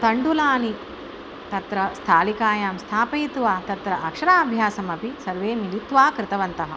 तण्डुलानि तत्र स्थालिकायां स्थापयित्वा तत्र अक्षराभ्यासमपि सर्वे मिलित्वा कृतवन्तः